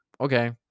okay